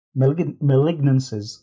malignancies